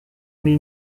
mais